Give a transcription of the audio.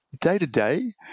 Day-to-day